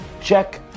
check